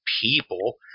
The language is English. people